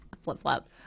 flip-flop